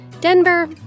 Denver